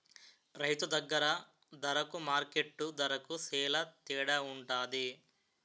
రైతు దగ్గర దరకు మార్కెట్టు దరకు సేల తేడవుంటది